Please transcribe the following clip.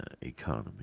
economy